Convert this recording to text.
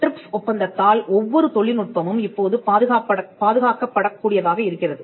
drips ஒப்பந்தத்தால் ஒவ்வொரு தொழில்நுட்பமும் இப்போது பாதுகாக்கப்படக் கூடியதாக இருக்கிறது